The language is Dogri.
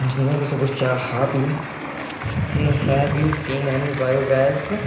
जि'यां तुसें पुच्छेआ हा have you seen any bio gas plant